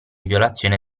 violazione